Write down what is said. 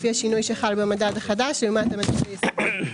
לפי השינוי שחל במדד החדש לעומת המדד היסודי".